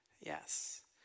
Yes